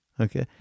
Okay